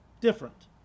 different